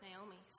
Naomi's